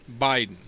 Biden